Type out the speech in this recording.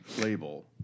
label